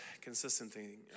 consistency